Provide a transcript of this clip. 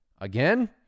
Again